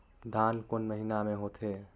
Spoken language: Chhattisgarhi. धान कोन महीना मे होथे?